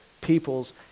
peoples